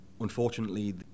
unfortunately